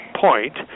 point